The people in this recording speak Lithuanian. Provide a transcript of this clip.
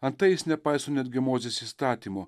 antai jis nepaiso netgi mozės įstatymo